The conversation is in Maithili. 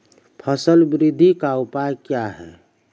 फसल बृद्धि का उपाय क्या हैं?